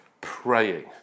praying